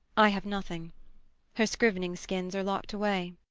i have nothing her scrivening-skins are locked away.